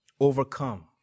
overcome